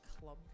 club